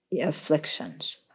afflictions